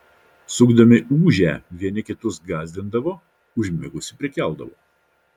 sukdami ūžę vieni kitus gąsdindavo užmigusį prikeldavo